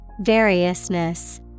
Variousness